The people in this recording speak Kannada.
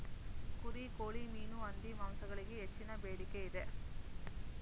ಕುರಿ, ಕೋಳಿ, ಮೀನು, ಹಂದಿ ಮಾಂಸಗಳಿಗೆ ಹೆಚ್ಚಿನ ಬೇಡಿಕೆ ಇದೆ